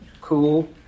Cool